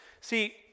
See